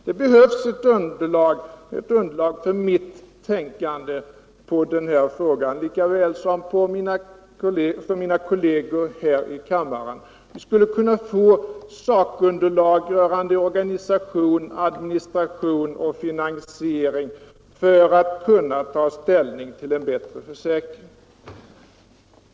Det behövs underlag för nytt tänkande i denna fråga, och jag och mina kolleger här i kammaren skulle då också få sakunderlag rörande organisation, administration och finansiering för att kunna ta ställning till en bättre försäkring.